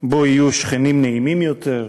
שבו יהיו שכנים נעימים יותר,